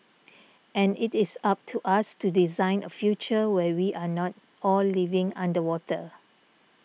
and it is up to us to design a future where we are not all living underwater